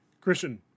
Christian